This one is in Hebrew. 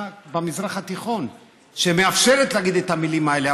במזרח התיכון שמאפשרת להגיד את המילים האלה,